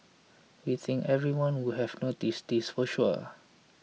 we think everyone would have noticed this for sure